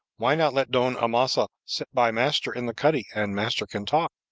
why not let don amasa sit by master in the cuddy, and master can talk,